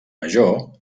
major